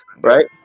right